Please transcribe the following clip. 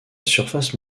surface